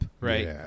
right